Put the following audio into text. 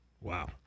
Wow